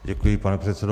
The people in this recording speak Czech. Děkuji, pane předsedo.